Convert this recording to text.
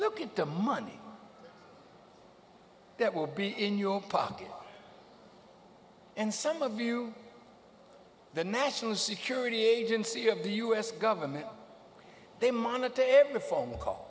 look at the money that will be in your pocket and some of you the national security agency of the u s government they monitor every phone call